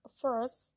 first